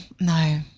no